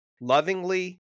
lovingly